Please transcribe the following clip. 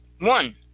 One